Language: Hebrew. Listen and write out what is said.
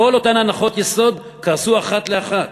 כל אותן הנחות יסוד קרסו אחת לאחת.